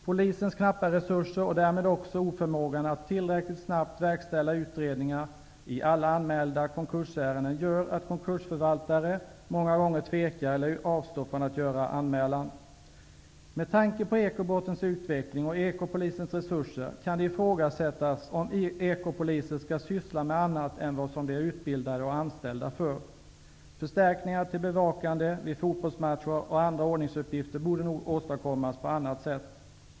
Polisens knappa resurser och därmed också oförmåga att tillräckligt snabbt verkställa utredningar i alla anmälda konkursärenden gör att konkursförvaltare många gånger tvekar inför eller avstår från att göra anmälan. Med tanke på ekobrottens utveckling och ekopolisens resurser kan det ifrågasättas om ekopoliser skall syssla med annat än vad de är utbildade och anställda för. Förstärkningar till bevakning vid fotbollsmatcher och andra ordningsuppgifter borde nog åstadkommas på annat sätt.